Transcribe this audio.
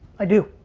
i do.